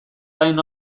gain